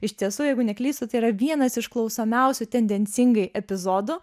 iš tiesų jeigu neklystu tai yra vienas iš klausomiausių tendencingai epizodų